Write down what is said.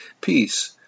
Peace